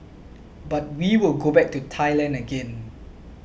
but we will go back to Thailand again